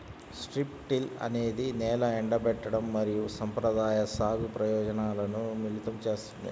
strip till అనేది నేల ఎండబెట్టడం మరియు సంప్రదాయ సాగు ప్రయోజనాలను మిళితం చేస్తుంది